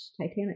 Titanic